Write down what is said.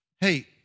Hey